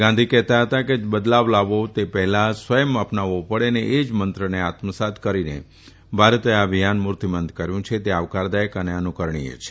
ગાંધીજી કહેતા હતા કે જે બદલાવ લાવો હોય તે પહેલા સ્વયં અપનાવવો પડે અને એ જ મંત્રને આત્મસાત કરીને ભારતે આ અભિયાન મૂર્તિમંત કર્યું છે તે આવકારદાયક અને અનુકરણીય છે